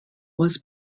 was